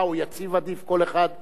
כל אחד על-פי גישתו,